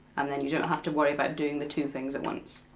and then you don't have to worry about doing the two things at once.